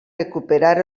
recuperar